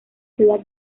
ciudad